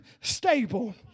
stable